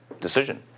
decision